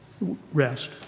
rest